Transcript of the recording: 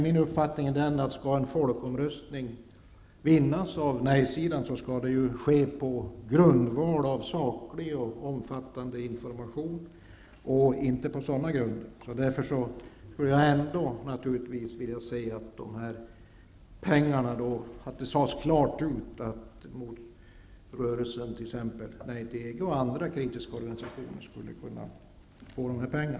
Min uppfattning är den, att skall en folkomröstning vinnas av nej-sidan, skall det ske på grundval av saklig och omfattande information och inte på sådana grunder. Därför vill jag ändå att det klart sägs att motrörelsen, t.ex. Nej till EG, och andra kritiska organisationer, kan få dessa pengar.